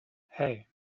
hey